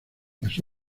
las